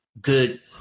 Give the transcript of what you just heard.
Good